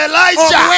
Elijah